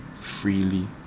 freely